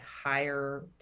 higher